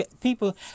people